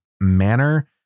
manner